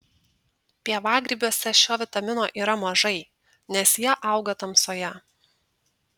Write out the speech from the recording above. pievagrybiuose šio vitamino yra mažai nes jie auga tamsoje